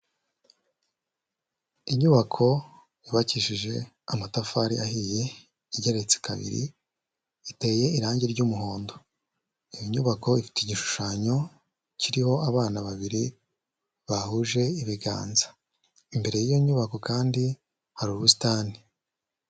Inyubako yubakishije amatafari ahiye igeretse kabiri, iteye irangi ry'umuhondo, iyo nyubako ifite igishushanyo kiriho abana babiri bahuje ibiganza, imbere y'iyo nyubako kandi hari ubusitani.